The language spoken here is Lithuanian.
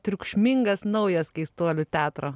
triukšmingas naujas keistuolių teatro